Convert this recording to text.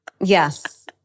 Yes